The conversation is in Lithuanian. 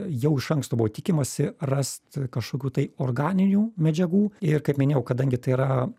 jau iš anksto buvo tikimasi rast kažkokių tai organinių medžiagų ir kaip minėjau kadangi tai yra